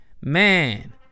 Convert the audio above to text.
man